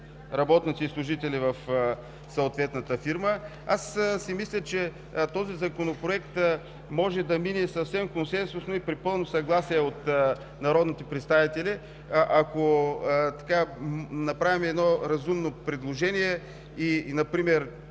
работници и служители в съответната фирма. Аз мисля, че този Законопроект може да мине съвсем консенсусно и при пълно съгласие от народните представители, ако направим едно разумно предложение. Например